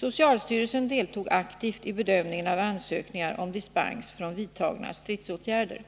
Socialstyrelsen deltog aktivt i bedömningen av ansökningar om dispens från vidtagna stridsåtgärder.